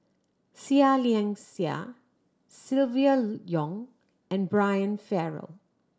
Seah Liang Seah Silvia Yong and Brian Farrell